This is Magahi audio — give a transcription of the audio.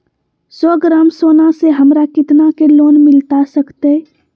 सौ ग्राम सोना से हमरा कितना के लोन मिलता सकतैय?